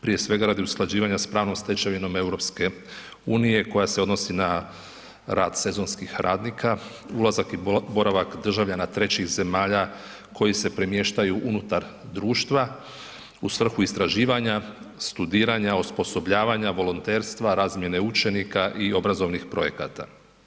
Prije svega radi usklađivanja s pravnom stečevinom EU koja se odnosi na rad sezonskih radnika, ulazak i boravak državljana trećih zemalja koji se premještaju unutar društva u svrhu istraživanja, studiranja, osposobljavanja, volonterstva, razmjene učenika i obrazovnih projekata.